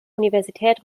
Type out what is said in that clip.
universität